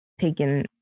taken